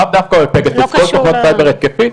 לאו דווקא בפגסוס, כל תוכנת סייבר התקפי.